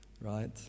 right